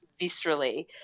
viscerally